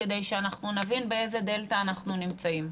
כדי שאנחנו נבין באיזה דלתא אנחנו נמצאים,